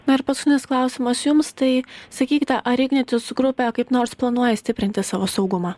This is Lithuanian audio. na ir paskutinis klausimas jums tai sakykite ar ignitis grupė kaip nors planuoja stiprinti savo saugumą